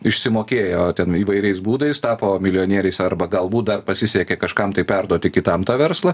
išsimokėjo ten įvairiais būdais tapo milijonieriais arba galbūt dar pasisekė kažkam tai perduoti kitam tą verslą